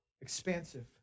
expansive